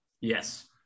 Yes